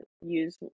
use